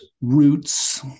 roots